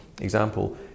example